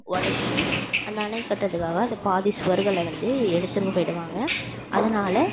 உடச்சி அந்த அணை கட்டுறதுக்காக அந்த பாதி சுவர்களை வந்து எடுத்துருவும் போயிடுவாங்க அதனால்